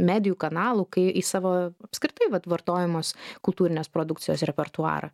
medijų kanalų kai į savo apskritai vat vartojamos kultūrinės produkcijos repertuarą